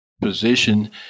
position